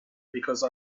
because